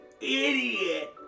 idiot